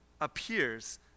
appears